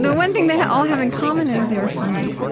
but one thing they all have in common is they're funny.